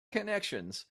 connections